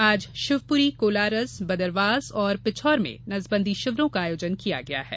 आज शिवपुरी कोलारस बदरवास एवं पिछोर में नसबंदी शिविरों का आयोजन किया गया है